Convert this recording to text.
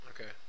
Okay